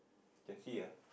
can see ah